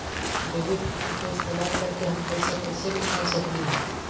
Debit card के इस्तेमाल करके हम पैईसा कईसे निकाल सकलि ह?